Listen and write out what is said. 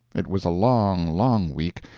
it was a long, long week,